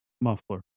muffler